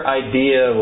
idea